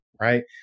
right